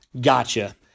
Gotcha